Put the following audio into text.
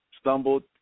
stumbled